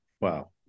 Wow